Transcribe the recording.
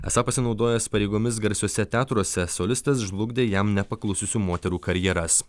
esą pasinaudojęs pareigomis garsiuose teatruose solistas žlugdė jam nepaklususių moterų karjeras